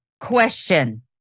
question